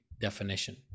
definition